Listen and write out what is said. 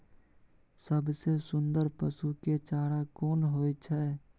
सबसे सुन्दर पसु के चारा कोन होय छै?